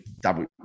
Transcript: double